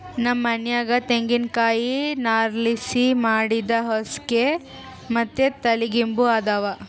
ನಮ್ ಮನ್ಯಾಗ ತೆಂಗಿನಕಾಯಿ ನಾರ್ಲಾಸಿ ಮಾಡಿದ್ ಹಾಸ್ಗೆ ಮತ್ತೆ ತಲಿಗಿಂಬು ಅದಾವ